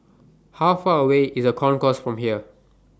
How Far away IS The Concourse from here